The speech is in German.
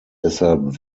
deshalb